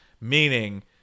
meaning